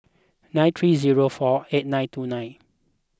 nine three zero four eight nine two nine